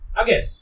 again